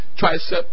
tricep